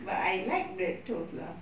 but I like bread toast lah